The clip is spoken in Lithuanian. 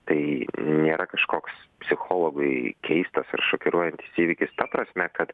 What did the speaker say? tai nėra kažkoks psichologui keistas ar šokiruojantis įvykis ta prasme kad